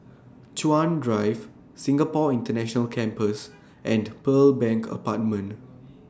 Chuan Drive Singapore International Campus and Pearl Bank Apartment